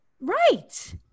Right